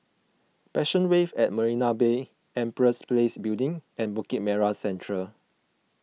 Passion Wave at Marina Bay Empress Place Building and Bukit Merah Central